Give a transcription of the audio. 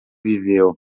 viveu